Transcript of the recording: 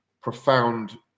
profound